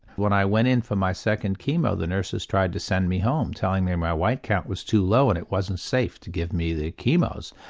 when i went in for my second chemo the nurses tried to send me home telling me my white count was too low and it wasn't safe to give me the chemos.